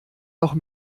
doch